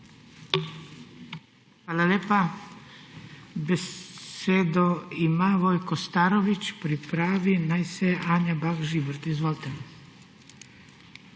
Hvala lepa. Besedo ima Vojko Starović. Pripravi naj se Anja Bah Žibert. Izvolite.